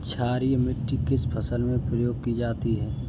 क्षारीय मिट्टी किस फसल में प्रयोग की जाती है?